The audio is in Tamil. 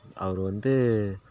அவர் வந்து